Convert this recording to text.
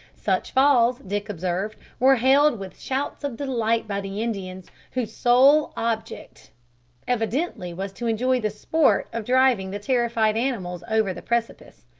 such falls, dick observed, were hailed with shouts of delight by the indians, whose sole object evidently was to enjoy the sport of driving the terrified animals over the precipice.